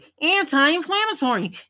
anti-inflammatory